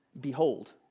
Behold